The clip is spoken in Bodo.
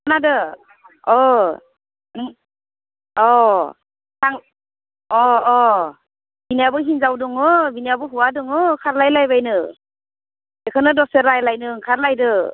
खोनादों अ अ आं अ अ बेनियाबो हिनजाव दङ बिनियाबो हौवा दङ खारलायलायबायनो बेखौनो दसे रायज्लायनो ओंखारलायदों